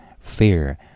fear